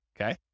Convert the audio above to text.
okay